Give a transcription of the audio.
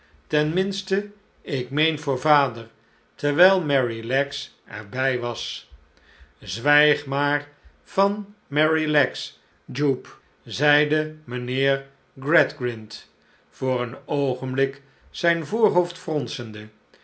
ik meen voor vader terwijl merrylegs er bij was zwijg maar van merrylegs jupe zeide mijnheer gradgrind voor een oogenblik zijn voorhoofd fronsende